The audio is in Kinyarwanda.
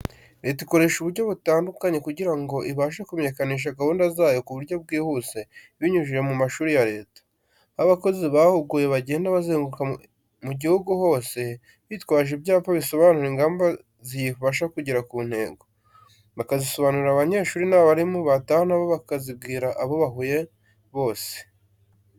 Leta ikoresha uburyo butandukanye kugira ngo ibashe kumenyekanisha guhunda zayo ku buryo bwihuse, ibinyujije mu mashuri ya Leta. Aho abakozi bahuguwe bagenda bazenguruka mu gihugu hose, bitwaje ibyapa bisobanura ingamba ziyifasha kugera ku ntego, bakazisobanurira abanyeshuri n'abarimu, bataha na bo bakazibwira abo bahuye bose.